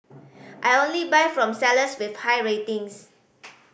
I only buy from sellers with high ratings